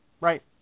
Right